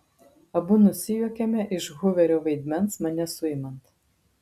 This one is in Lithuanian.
abu nusijuokiame iš huverio vaidmens mane suimant